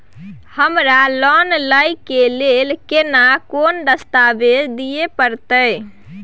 हमरा लोन लय के लेल केना कोन दस्तावेज दिए परतै?